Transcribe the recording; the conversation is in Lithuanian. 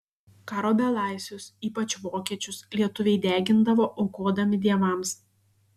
karo belaisvius ypač vokiečius lietuviai degindavo aukodami dievams